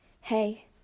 Hey